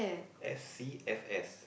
S_C_F_S